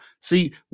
See